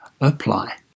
apply